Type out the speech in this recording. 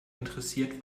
interessiert